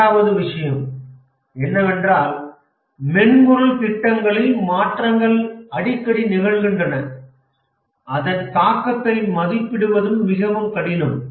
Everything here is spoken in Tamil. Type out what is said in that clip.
இரண்டாவது விஷயம் என்னவென்றால் மென்பொருள் திட்டங்களில் மாற்றங்கள் அடிக்கடி நிகழ்கின்றன அதன் தாக்கத்தை மதிப்பிடுவதும் மிகவும் கடினம்